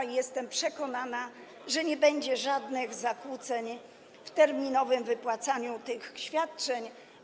I jestem przekonana, że nie będzie żadnych zakłóceń w terminowym wypłacaniu tych świadczeń.